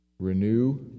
Renew